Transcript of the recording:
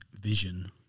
vision